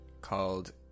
called